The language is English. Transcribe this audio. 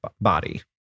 body